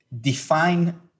define